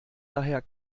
daher